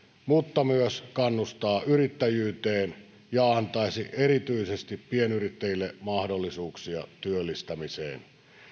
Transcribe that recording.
mutta myös kannustaa yrittäjyyteen ja se antaisi erityisesti pienyrittäjille mahdollisuuksia työllistämiseen